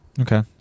Okay